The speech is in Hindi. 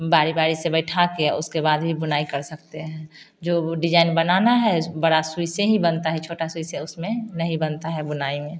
बारी बारी से बैठा के आ उसके बाद भी बुनाई कर सकते हैं जो वो डिजाईन बनाना है बड़ा सुई से ही बनता है छोटा सुई से उसमें नहीं बनता है बुनाई में